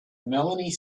melanie